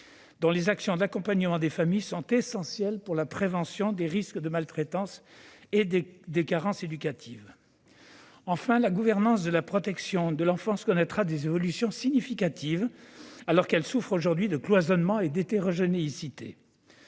dont les actions d'accompagnement des familles sont essentielles pour la prévention des risques de maltraitance et de carences éducatives. Enfin, la gouvernance de la protection de l'enfance, qui souffre aujourd'hui de cloisonnements et d'hétérogénéité,